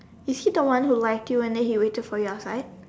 is he the one who liked you and then he waited for you outside